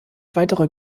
weitere